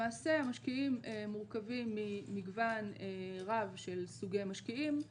למעשה המשקיעים מורכבים ממגוון רב של סוגי משקיעים,